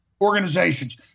organizations